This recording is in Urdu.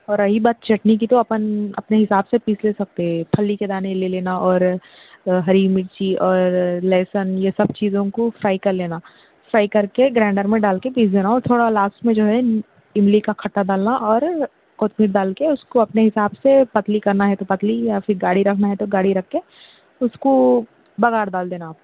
اور رہی بات چٹنی کی تو آپن اپنے حساب سے پیس لے سکتے پھلی کے دانے لے لینا اور ہری مرچی اور لہسن یہ سب چیزوں کو فرائی کر لینا فرائی کرکے گرائنڈر میں ڈال کے پیس دینا اور تھوڑا لاسٹ میں جو ہے املی کا کھٹا ڈالنا اور کوئی چیز ڈال کے اس کو اپنے حساب سے پتلی کرنا ہے تو پتلی پا پھر گاڑھی رکھنا ہے تو گاڑھی رکھ کے اس کو بگھار ڈال دینا آپ